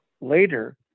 later